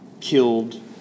killed